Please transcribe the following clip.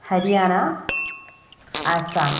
Haryana Assam